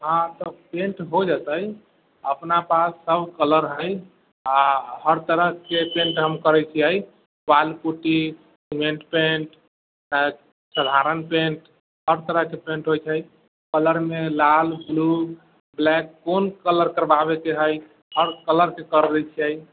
हँ पेंट हो जेतै अपना पास सभ कलर हइ आ हर तरहके पेंट हम करैत छियै वॉल पुट्टी सिमेंट पेंट साधारण पेंट सभ तरहके पेंट होइत छै कलरमे लाल ब्लू ब्लैक कोन कलर करबाबयके हइ हर कलरके करि दैत छियै